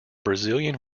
brazilian